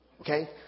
okay